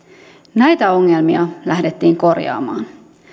näitä ongelmia lähdettiin korjaamaan